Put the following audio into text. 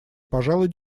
пожалуй